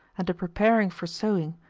and a preparing for sowing,